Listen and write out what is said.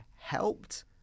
helped